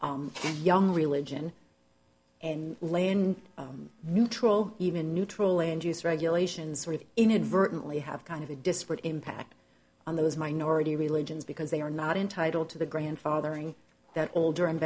and young religion and lay in neutral even neutral and use regulations sort of inadvertently have kind of a disparate impact on those minority religions because they are not entitled to the grandfathering that older and